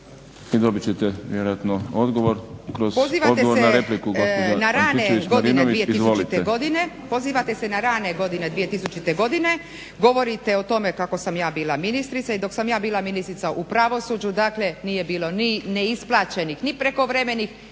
Marinović, Ingrid (SDP)** Pozivate se na rane godine 2000.godine, govorite o tome kako sam ja bila ministrica i dok sam ja bila ministrica u pravosuđu nije bilo ni neisplaćenih ni prekovremenih